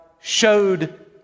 showed